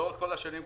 לאורך כל השנים,